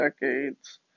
decades